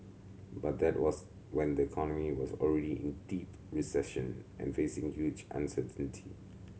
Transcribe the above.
but that was when the economy was already in deep recession and facing huge uncertainty